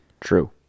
True